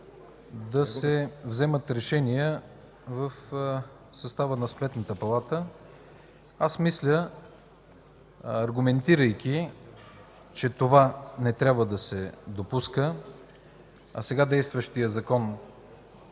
да се вземат решения в състава на Сметната палата. Мисля – аргументирайки, че това не трябва да се допуска – че сега действащият закон